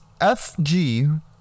FG